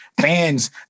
Fans